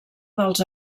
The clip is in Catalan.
dels